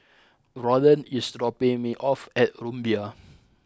Rolland is dropping me off at Rumbia